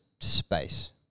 space